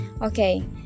Okay